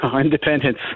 Independence